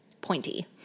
pointy